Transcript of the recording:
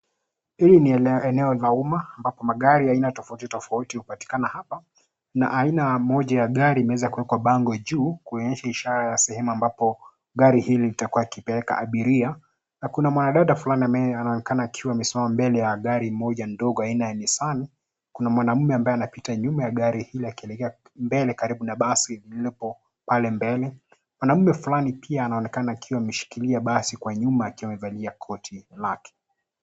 Hili ni eneo la umma ambapo magari ya aina tofauti tofauti hupatikana hapa. Kuna aina moja ya gari imeweza kuwekwa bango juu kuonyesha ishara ya sehemu ambapo gari hili litakuwa likipeleka abiria na kuna mwanadada fulani ambaye anaonekana akiwa amesimama mbele ya gari moja ndogo aina ya Nissan. Kuna mwanaume ambaye anapita nyuma ya gari hili akielekea mbele karibu na basi lilipo pale mbele. Kuna mume flani pia anaonekana akiwa ameshikilia basi kwa nyuma akiwa amevalia koti lake.